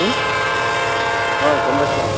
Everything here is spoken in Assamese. অ গম পাইছোঁ অ